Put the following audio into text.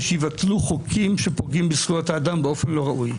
שיבטלו חוקים שפוגעים בזכויות האדם באופן לא ראוי.